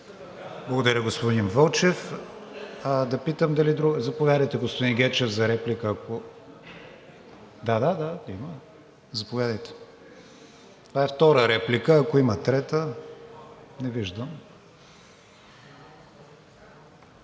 Благодаря, господин Вълчев.